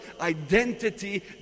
identity